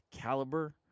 caliber